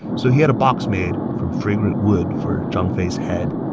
so he had a box made from fragrant wood for zhang fei's head.